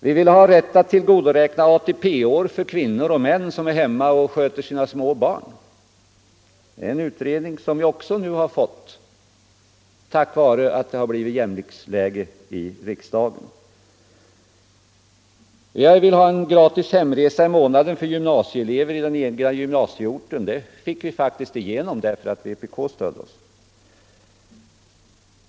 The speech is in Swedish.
Vi vill att kvinnor och män, som är hemma och sköter sina små barn, skall ha rätt att tillgodoräkna sig ATP-år. Även i detta fall har vi fått en utredning tack vare jämviktsläget. Förslaget om en gratis hemresa i månaden för gymnasieelever i den egna gymnasieregionen fick vi faktiskt igenom, eftersom vpk stödde oss.